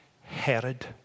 Herod